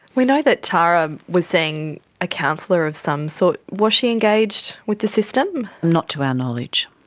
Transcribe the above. we know that tara was seeing a counsellor of some sort, was she engaged with the system? not to our knowledge,